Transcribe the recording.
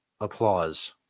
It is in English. Applause